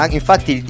infatti